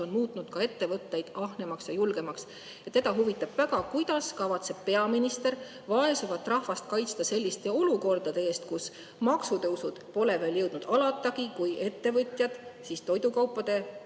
on muutnud ka ettevõtteid ahnemaks ja julgemaks. Teda huvitab väga, kuidas kavatseb peaminister vaesemat rahvast kaitsta selliste olukordade eest, kus maksutõusud pole veel jõudnud alatagi, kui ettevõtjad toidukaupade